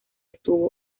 estuvo